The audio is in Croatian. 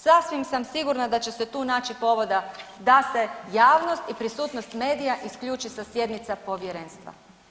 Sasvim sam sigurna da će se tu naći povoda da se javnost i prisutnost medija isključi sa sjednica povjerenstva.